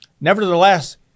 Nevertheless